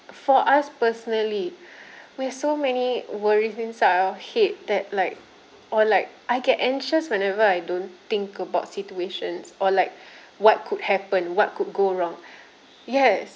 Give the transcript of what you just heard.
for us personally we have so many worries inside our head that like or like I get anxious whenever I don't think about situations or like what could happen what could go wrong yes